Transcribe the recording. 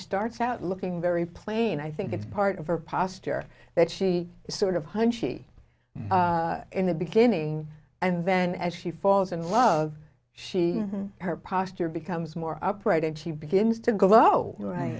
starts out looking very plain i think it's part of her posture that she is sort of hunchy in the beginning and then as she falls in love she her posture becomes more upright and she begins to go right